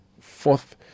fourth